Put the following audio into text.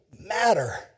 matter